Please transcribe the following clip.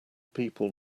people